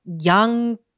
young